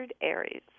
Aries